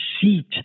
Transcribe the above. seat